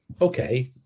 okay